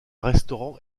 restaurant